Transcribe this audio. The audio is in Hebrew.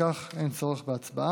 גם על כך אין צורך בהצבעה.